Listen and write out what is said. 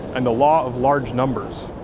and the law of large numbers.